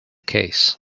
case